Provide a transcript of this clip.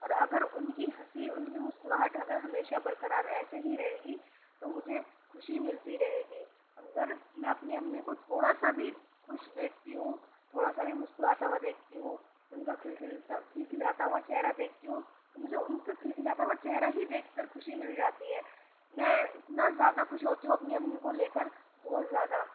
اور اگر ان کی ہنسی ان کی مسکراہٹ اگر ہمیشہ برقرار ایسے ہی رہے گی تو مجھے خوشی ملتی رہے گی اگر میں اپنی امی کو تھوڑا سا بھی خوش دیکھتی ہوں تھوڑا سا بھی مسکراتا ہوا دیکھتی ہوں ان کا کھلکھلاتا ہوا چہرا دیکھتی ہوں تو مجھے ان کا کھلکھلاتا ہوا چہرا ہی دیکھ کر خوشی مل جاتی ہے میں اتنا زیادہ خوش ہوتی ہوں اپنی امی کو لے کر بہت زیادہ